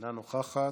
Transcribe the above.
אינה נוכחת,